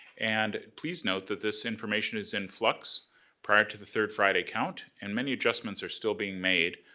and please note that this information is in flux prior to the third friday count and many adjustments are still being made,